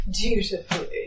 Dutifully